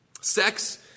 Sex